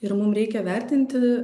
ir mum reikia vertinti